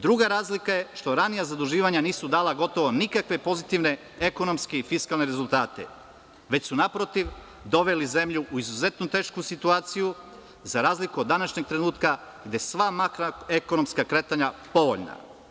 Druga razlikaje što ranija zaduživanja nisu dala gotovo nikakve pozitivne ekonomske i fiskalne rezultate već su naprotiv doveli zemlju u izuzetnu tešku situaciju za razliku od današnjeg trenutka gde su sva makro ekonomska kretanja povoljna.